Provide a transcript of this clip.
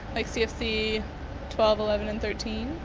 like cfc twelve, eleven and thirteen.